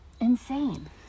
insane